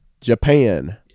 Japan